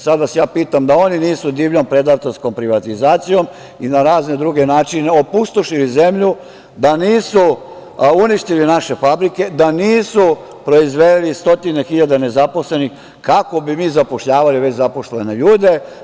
Sada pitam – da oni nisu divljom, predatorskom privatizacijom i na razne druge načine opustošili zemlju, da nisu uništili naše fabrike, da nisu proizveli stotine hiljada nezaposlenih, kako bi mi zapošljavali već zaposlene ljude?